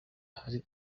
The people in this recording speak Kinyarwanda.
hari